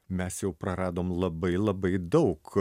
mes jau praradom labai labai daug